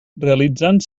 realitzant